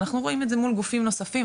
אנחנו רואים את זה מול גופים נוספים,